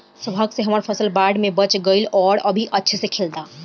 सौभाग्य से हमर फसल बाढ़ में बच गइल आउर अभी अच्छा से खिलता